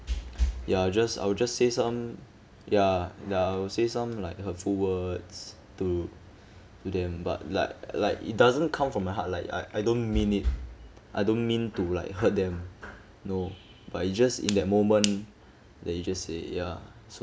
ya just I will just say some ya ya I'll say some like hurtful words to to them but like like it doesn't come from the heart like I I don't mean it I don't mean to like hurt them no but it just in that moment that you just say ya so